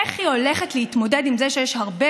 איך היא הולכת להתמודד עם זה שיש הרבה